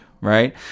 Right